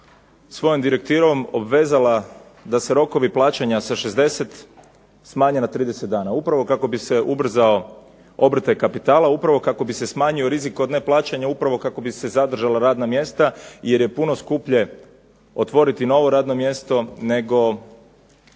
svojom direktivom obvezala da se rokovi plaćanja sa 60 smanje na 30 dana upravo kako bi se ubrzao obrtaj kapitala, upravo kako bi se smanjio rizik od neplaćanja, upravo kako bi se zadržala radna mjesta. Jer je puno skuplje otvoriti novo radno mjesto nego